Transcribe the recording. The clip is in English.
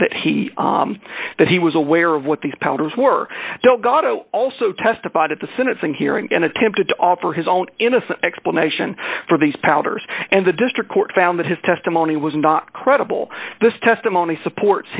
that he was aware of what these powders were don't got it also testified at the sentencing hearing and attempted to offer his own innocent explanation for these powders and the district court found that his testimony was not credible this testimony supports